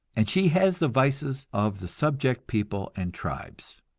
and she has the vices of the subject peoples and tribes.